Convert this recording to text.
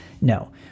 No